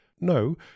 no